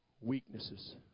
weaknesses